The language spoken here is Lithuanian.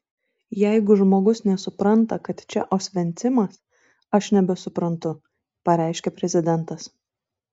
jeigu žmogus nesupranta kad čia osvencimas aš nebesuprantu pareiškė prezidentas